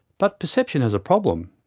but perception has a problem.